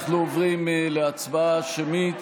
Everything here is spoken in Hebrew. אנחנו עוברים להצבעה שמית